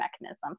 mechanism